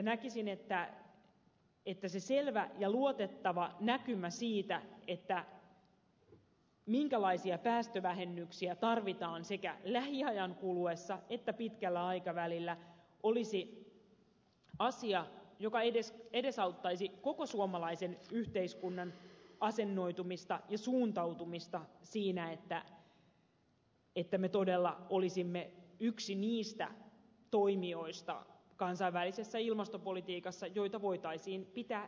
näkisin että se selvä ja luotettava näkymä siitä minkälaisia päästövähennyksiä tarvitaan sekä lähiajan kuluessa että pitkällä aikavälillä olisi asia joka edesauttaisi koko suomalaisen yhteiskunnan asennoitumista ja suuntautumista siinä että me todella olisimme yksi niistä toimijoista kansainvälisessä ilmastopolitiikassa joita voitaisiin pitää edelläkävijöinä